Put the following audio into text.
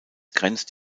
grenzt